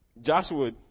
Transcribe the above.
joshua